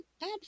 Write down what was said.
bad